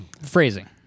Phrasing